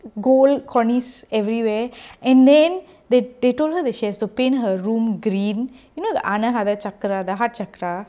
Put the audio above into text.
gold corners everywhere and then they they told her that she has to paint her room green you know the anaharasakra the heart sakra